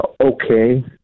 okay